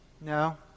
No